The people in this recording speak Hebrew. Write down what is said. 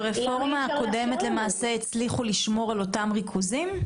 ברפורמה הקודמת הצליחו לשמור על אותם ריכוזים?